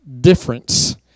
difference